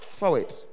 forward